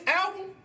album